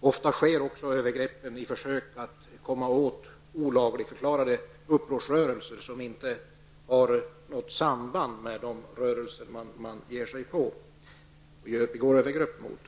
Ofta sker också övergreppen vid försök att komma åt olagligförklarade upprorsrörelser som inte har något samband med de rörelser som man gjort sig skyldig till övergrepp mot.